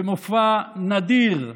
בוא נעשה איזה ריסטרט לחברה.